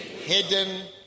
hidden